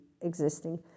existing